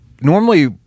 Normally